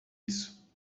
isso